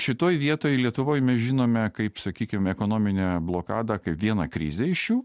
šitoj vietoj lietuvoj mes žinome kaip sakykime ekonominę blokadą kaip vieną krizę iš jų